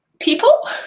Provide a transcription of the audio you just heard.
people